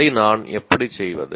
அதை நான் எப்படி செய்வது